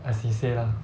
as 你 say lah